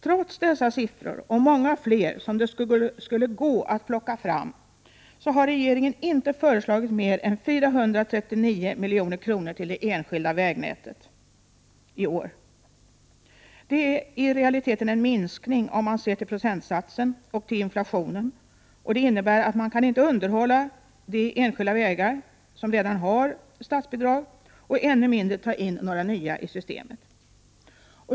Trots dessa belopp, och många fler som det skulle kunna gå att plocka fram, har regeringen inte föreslagit mer än 439 milj.kr. i år till det enskilda vägnätet. Om man ser till procentsatsen och till inflationen är det i realiteten en minskning, och det innebär att man inte kan underhålla de enskilda vägar som redan har statsbidrag och ännu mindre ta in några nya i systemet.